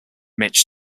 mitch